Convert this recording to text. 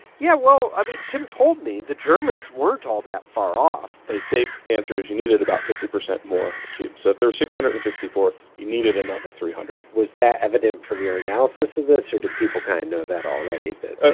yeah. well, i mean, tim told me the germans weren't all that far off a safe answer is you needed about fifty percent more cubes. so if there were six hundred and sixty four, you needed another three hundred point was that evident from your analysis of this, or did people kind of know that already, that ah